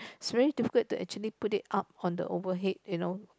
is very difficult to actually put it up on the overhead you know